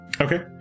Okay